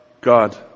God